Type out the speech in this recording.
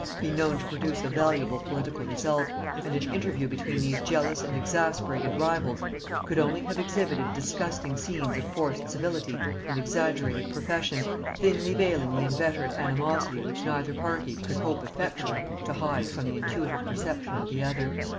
been known to produce a valuable political result and an interview between these jealous and exasperated rivals could only have exhibited disgusting scenes of forced civility and exaggerated profession, thinly veiling the inveterate animosity which neither party could hope effectually to hide from the intuitive perception of the other.